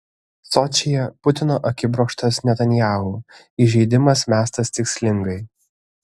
sočyje putino akibrokštas netanyahu įžeidimas mestas tikslingai